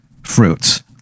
fruits